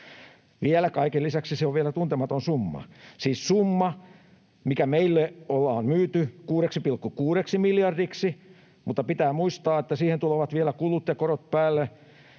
Kaiken lisäksi se on vielä tuntematon summa — siis summa, mikä meille ollaan myyty 6,6 miljardina, mutta pitää muistaa, että siihen tulevat vielä kulut ja korot päälle,